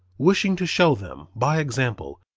wishing to show them, by example,